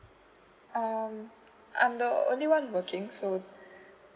um I'm the only one who working so